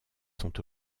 sont